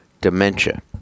dementia